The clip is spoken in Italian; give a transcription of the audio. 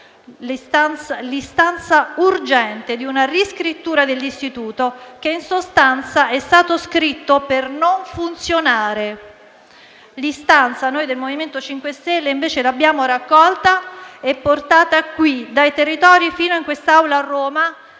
l'istanza urgente di una riscrittura dell'istituto, che in sostanza è stato scritto per non funzionare. L'istanza, noi del MoVimento 5 Stelle, invece, l'abbiamo raccolta e portata qui, dai territori fino a questa Assemblea, a Roma,